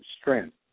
strength